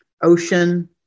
ocean